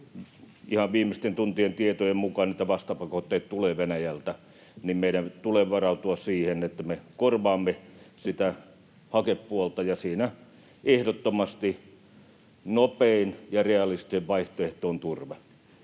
ihan viimeisten tuntien tietojen mukaan, että vastapakotteita tulee Venäjältä, meidän tulee varautua siihen, että me korvaamme sitä hakepuolta, ja siinä ehdottomasti nopein ja realistisin vaihtoehto on turve.